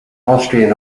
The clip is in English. austrian